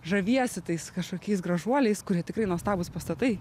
žaviesi tais kažkokiais gražuoliais kurie tikrai nuostabūs pastatai